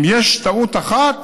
אם יש טעות אחת